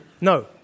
No